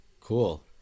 cool